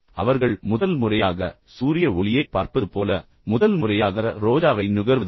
அவர்கள் முதல் முறையாக சூரிய ஒளியைப் பார்ப்பது போல அவர்கள் முதல் முறையாக ரோஜாவை வாசனை செய்வது போல